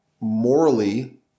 morally